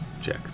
check